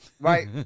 right